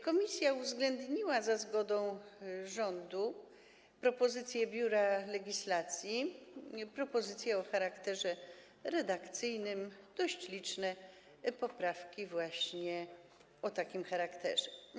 Komisja uwzględniła za zgodą rządu propozycje biura legislacji, propozycje o charakterze redakcyjnym, dość liczne poprawki właśnie o takim charakterze.